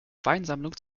weinsammlung